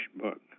book